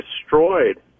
destroyed